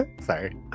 Sorry